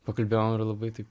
pakalbėjom ir labai taip